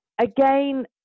again